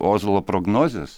ozolo prognozės